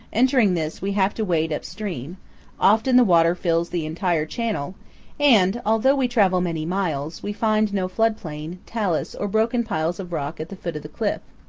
entering this, we have to wade upstream often the water fills the entire channel and, although we travel many miles, we find no flood-plain, talus, or broken piles of rock at the foot of the cliff.